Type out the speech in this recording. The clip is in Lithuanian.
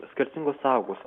skirtingos saugos